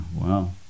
Wow